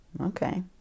okay